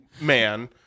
man